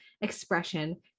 expression